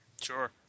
Sure